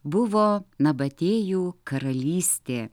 buvo nabatėjų karalystė